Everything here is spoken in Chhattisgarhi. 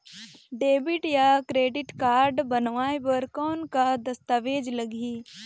डेबिट या क्रेडिट कारड बनवाय बर कौन का दस्तावेज लगही?